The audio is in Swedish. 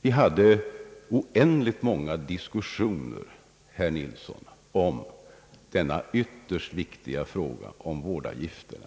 Vi hade oändligt många diskussioner, herr Nilsson, om denna ytterst viktiga fråga rörande vårdavgifterna,